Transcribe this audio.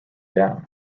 down